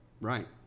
right